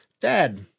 Dad